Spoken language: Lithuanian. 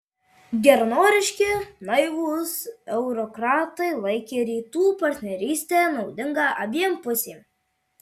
geranoriški naivūs eurokratai laikė rytų partnerystę naudinga abiem pusėms